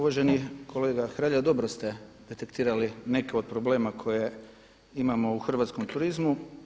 Uvaženi kolega HRelja, dobro ste detektirali neke od problema koje imamo u hrvatskom turizmu.